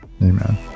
Amen